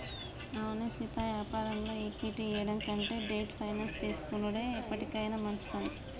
అవునే సీతా యాపారంలో ఈక్విటీ ఇయ్యడం కంటే డెట్ ఫైనాన్స్ తీసుకొనుడే ఎప్పటికైనా మంచి పని